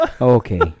Okay